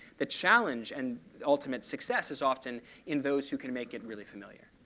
the challenge and ultimate success is often in those who can make it really familiar.